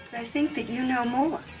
i think that you know more